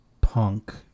punk